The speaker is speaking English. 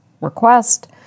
request